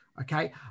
Okay